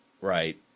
Right